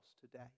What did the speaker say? today